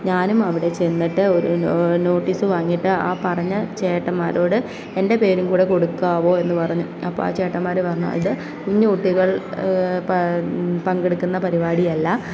ഞാനും അവിടെ ചെന്നിട്ട് ഒരു നോട്ടീസ് വാങ്ങിയിട്ട് ആ പറഞ്ഞ ചേട്ടന്മാരോട് എൻ്റെ പേരും കൂടെ കൊടുക്കാമോ എന്ന് പറഞ്ഞു അപ്പം ആ ചേട്ടന്മാർ പറഞ്ഞു അത് കുഞ്ഞ് കുട്ടികൾ പങ്കെടുക്കുന്ന പരിപാടിയല്ല